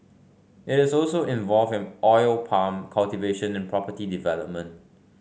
it is also involved in oil palm cultivation and property development